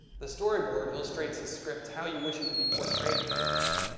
the storyboard illustrates the script how you wish it to be portrayed in the video.